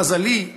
למזלי,